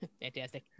Fantastic